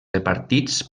repartits